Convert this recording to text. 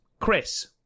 Chris